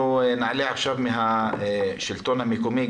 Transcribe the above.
נעלה עכשיו מהשלטון המקומי.